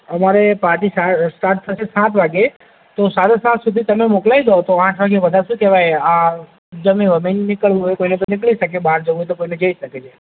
અમારે પાર્ટી સા સ્ટાર્ટ થશે સાત વાગે તો સાડા સાત સુધી તમે મોકલાવી દો તો આઠ વાગે બધા શું કહેવાય જમી બમીને નીકળવું હોય તો નીકળી શકે બહાર જવું હોય કોઇને તો જઈ શકે છે